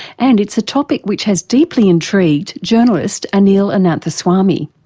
and it's a topic which has deeply intrigued journalist anil ananthaswamy.